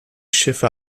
schiffe